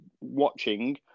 watching